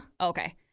Okay